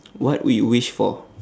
what would you wish for